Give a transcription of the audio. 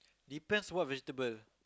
depends what vegetable